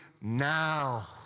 now